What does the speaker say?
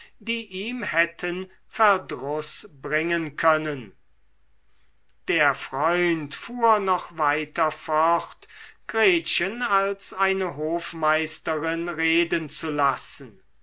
hätten verdruß bringen können der freund fuhr noch weiter fort gretchen als eine hofmeisterin reden zu lassen